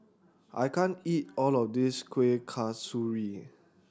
I can't eat all of this Kuih Kasturi